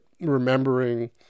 remembering